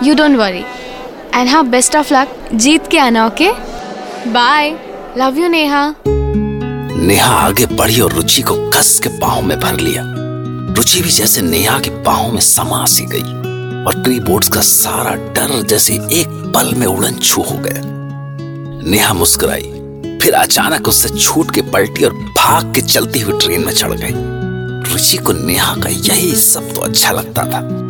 You don't worry. And हाँ, best of luck. जीत के आना, okay? Bye. Love you, Neha. Neha आगे बढ़ी और रुचि को कस के पाँव में भर लिया। रुचि भी जैसे नेहा के पाँव में समा सी गई और keyboards का सारा डर जैसे एक पल में उड़न छू हो गया। नेहा मुस्कुराई, फिर अचानक उससे छूट के पलटी और भाग के चलती हुई train में चढ़ गई। रुचि को नेहा का यही सब तो अच्छा लगता था।